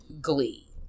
Glee